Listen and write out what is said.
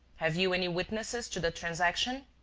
have you any witnesses to the transaction?